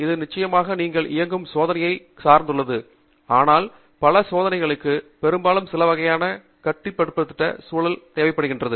இது நிச்சயமாக நீங்கள் இயக்கும் சோதனையை சார்ந்துள்ளது ஆனால் பல பரிசோதனைகளுக்கு பெரும்பாலும் சில வகையான கட்டுப்படுத்தப்பட்ட சூழல் தேவைப்படும்